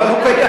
אבל הוא קיים.